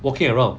walking around